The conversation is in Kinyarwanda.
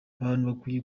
bakwiye